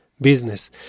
business